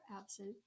absent